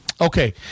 Okay